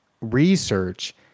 research